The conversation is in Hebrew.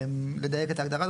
לדייק את ההגדרה הזאת,